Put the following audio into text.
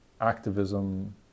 activism